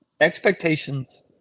Expectations